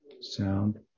Sound